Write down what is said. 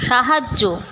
সাহায্য